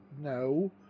No